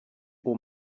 haut